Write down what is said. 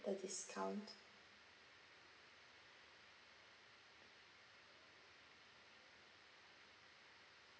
the discount